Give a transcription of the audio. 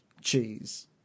cheese